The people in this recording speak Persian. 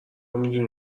میدونی